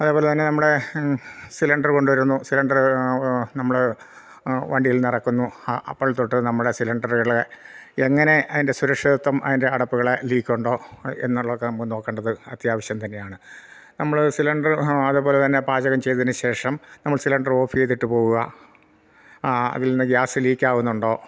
അതേപോലെ തന്നെ നമ്മുടെ സിലിണ്ടർ കൊണ്ടുവരുന്നു സിലിണ്ടർ നമ്മള് വണ്ടിയിൽ നിന്നിറക്കുന്നു അപ്പോൾ തൊട്ട് നമ്മുടെ സിലിണ്ടറുകളെ എങ്ങനെ അതിൻ്റെ സുരക്ഷിത്വം അതിൻ്റെ അടപ്പുകളെ ലീക്കുണ്ടോ എന്നുള്ളതൊക്കെ നമ്മൾക്ക് നോക്കണ്ടത് അത്യാവശ്യം തന്നെയാണ് നമ്മൾ സിലിണ്ടർ അതേപോലെ തന്നെ പാചകം ചെയ്തതിന് ശേഷം നമ്മൾ സിലിണ്ടർ ഓഫ് ചെയ്തിട്ട് പോവുക അതിൽ നിന്ന് ഗ്യാസ് ലീക്ക് ആവുന്നുണ്ടോ